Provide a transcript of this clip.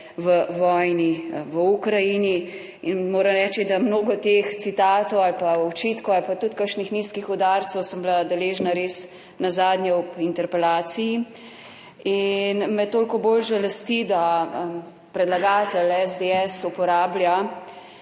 v vojni v Ukrajini. Moram reči, da mnogo teh citatov ali pa očitkov ali pa tudi kakšnih nizkih udarcev sem bila deležna res nazadnje ob interpelaciji in me toliko bolj žalosti, da predlagatelj SDS uporablja